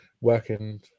working